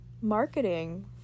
marketing